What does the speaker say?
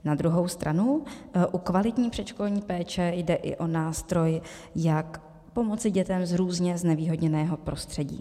Na druhou stranu u kvalitní předškolní péče jde i o nástroj, jak pomoci dětem z různě znevýhodněného prostředí.